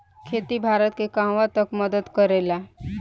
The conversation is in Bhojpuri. खेती भारत के कहवा तक मदत करे ला?